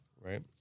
Right